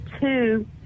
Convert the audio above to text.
two